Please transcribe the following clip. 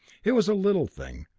it was a little thing,